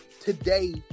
today